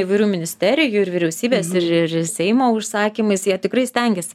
įvairių ministerijų ir vyriausybės ir ir seimo užsakymais jie tikrai stengias